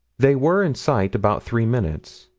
they were in sight about three minutes.